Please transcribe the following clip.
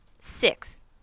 six